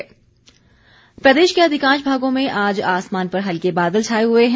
मौसम प्रदेश के अधिकांश भागों में आज आसमान पर हल्के बादल छाए हुए हैं